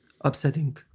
upsetting